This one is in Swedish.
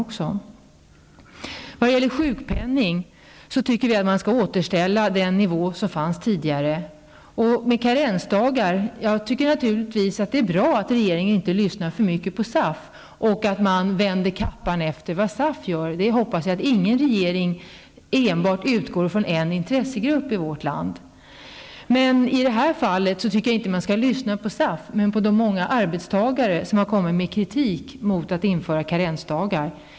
När det gäller sjukpenningen tycker vi att man skall återställa den nivå som förelåg tidigare. I fråga om karensdagarna anser jag naturligtvis att det är bra att regeringen inte lyssnar för mycket på SAF och således inte vänder kappan efter vad SAF anser. Jag utgår från att ingen regering kommer att ta hänsyn till vad enbart en intressegrupp i vårt land anser. Men i det här fallet tycker jag således att man inte skall lyssna på SAF utan på de många arbetstagare som har framfört kritik mot införande av karensdagar.